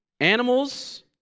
Animals